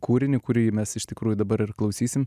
kūrinį kurį mes iš tikrųjų dabar ir klausysim